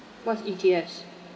what E_T_F